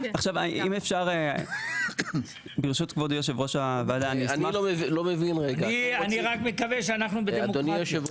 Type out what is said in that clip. אני רק מקווה שאנחנו בדמוקרטיה.